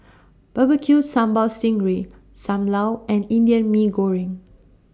Barbecue Sambal Sting Ray SAM Lau and Indian Mee Goreng